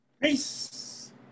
Peace